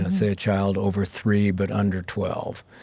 say a child over three but under twelve.